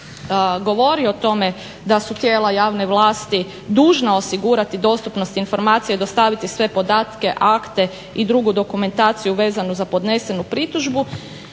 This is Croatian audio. govori o tome da su tijela javne vlasti dužna osigurati dostupnost informacija i dostaviti sve podatke, akte i drugu dokumentaciju vezanu za podnesenu pritužbu